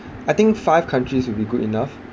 I think five countries will be good enough